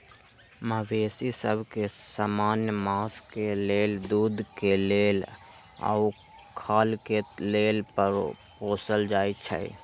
मवेशि सभ के समान्य मास के लेल, दूध के लेल आऽ खाल के लेल पोसल जाइ छइ